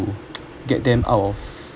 get them out of